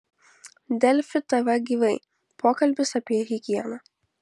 delfi tv gyvai pokalbis apie higieną